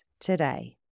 today